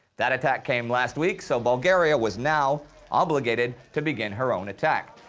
that attack came last week, so bulgaria was now obligated to begin her own attack.